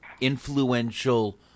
Influential